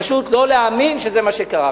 פשוט לא להאמין שזה מה שקרה.